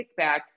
kickback